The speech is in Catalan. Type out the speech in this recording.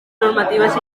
normatives